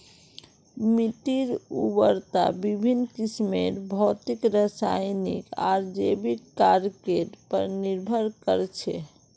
मिट्टीर उर्वरता विभिन्न किस्मेर भौतिक रासायनिक आर जैविक कारकेर पर निर्भर कर छे